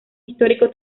histórico